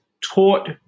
taught